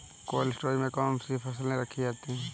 Cold storage में कौन कौन सी फसलें रखी जाती हैं?